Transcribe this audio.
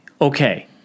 okay